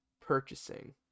purchasing